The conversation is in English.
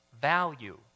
value